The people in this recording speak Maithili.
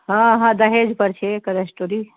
हँ हँ दहेज पर छै एकर स्टोरी